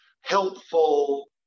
helpful